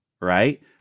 right